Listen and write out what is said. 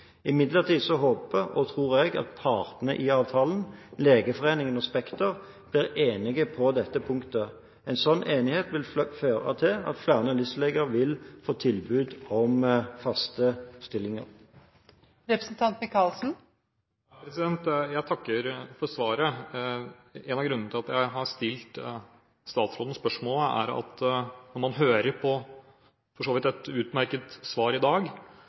Imidlertid håper og tror jeg at partene i avtalen – Legeforeningen og Spekter – blir enige på dette punktet. En sånn enighet vil føre til at flere LIS-leger vil få tilbud om faste stillinger. Jeg takker for svaret. En av grunnene til at jeg har stilt statsråden spørsmålet, er at når man hører på et for så vidt utmerket svar i dag,